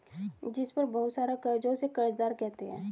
जिस पर बहुत सारा कर्ज हो उसे कर्जदार कहते हैं